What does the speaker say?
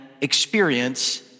experience